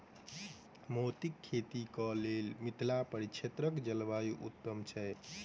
मोतीक खेती केँ लेल मिथिला परिक्षेत्रक जलवायु उत्तम छै?